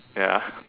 ya